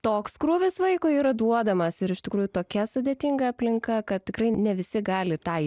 toks krūvis vaikui yra duodamas ir iš tikrųjų tokia sudėtinga aplinka kad tikrai ne visi gali tą